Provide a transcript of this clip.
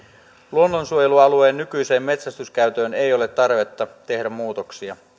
luonnonsuojelualueen nykyiseen metsästyskäyttöön ei ole tarvetta tehdä muutoksia